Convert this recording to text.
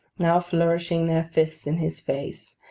now flourishing their fists in his face,